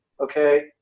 okay